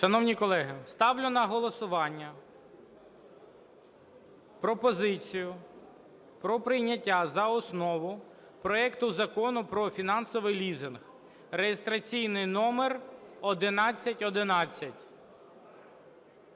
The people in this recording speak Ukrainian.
Шановні колеги, ставлю на голосування пропозицію про прийняття за основу проекту Закону про фінансовий лізинг (реєстраційний номер 1111).